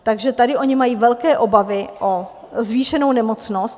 Takže tady oni mají velké obavy o zvýšenou nemocnost.